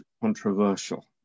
controversial